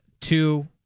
two